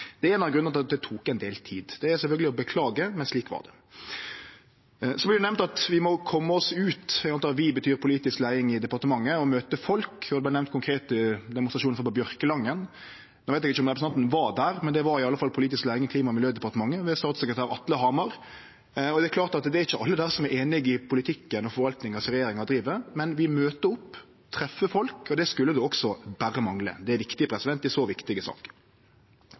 Det er ein av grunnane til at det tok ein del tid. Det er sjølvsagt å beklage, men slik var det. Det vart nemnt at vi må kome oss ut – eg antek at «vi» betyr politisk leiing i departementet – og møte folk. Det vart nemnt konkrete demonstrasjonar, som på Bjørkelangen. No veit eg ikkje om representanten var der, men det var i alle fall politisk leiing i Klima- og miljødepartementet ved statssekretær Atle Hamar. Det er klart at ikkje alle der er einig i politikken og forvaltninga regjeringa driv med, men vi møter opp og treffer folk – og det skulle også berre mangle. Det er viktig i så viktige saker.